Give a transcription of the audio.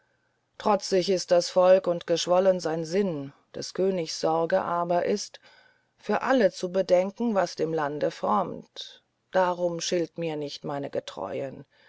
trotzig ist das volk und geschwollen sein sinn des königs sorge aber ist für alle zu bedenken was dem lande frommt darum schilt mir nicht meine getreuen